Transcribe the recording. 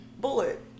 Bullet